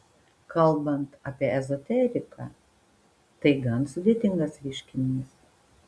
kalbant apie ezoteriką tai gan sudėtingas reiškinys